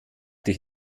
dich